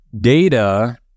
Data